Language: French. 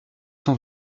sont